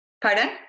Pardon